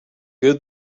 good